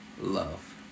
love